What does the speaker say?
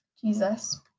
jesus